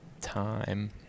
time